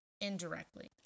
indirectly